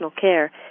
care